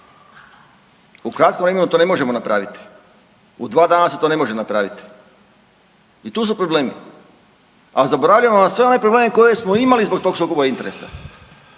U kratkom vremenu to ne možemo napraviti, u 2 dana se to ne može napraviti i tu su problemi. A zaboravljamo na sve one probleme koje smo imali zbog tog sukoba interesa.